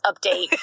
update